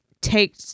take